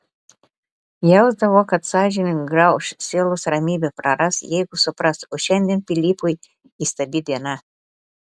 jausdavo kad sąžinė grauš sielos ramybę praras jeigu supras o šiandien pilypui įstabi diena